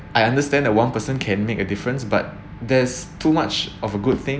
I understand that one person can make a difference but there's too much of a good thing